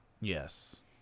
Yes